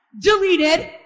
Deleted